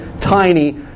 Tiny